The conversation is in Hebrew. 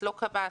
לא קב"ס,